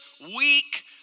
weak